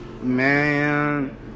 man